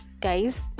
guys